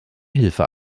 hilfe